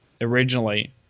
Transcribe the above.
originally